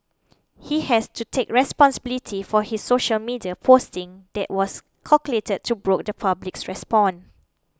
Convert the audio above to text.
he has to take responsibility for his social media posting that was calculated to provoke the public's response